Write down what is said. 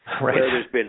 Right